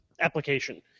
application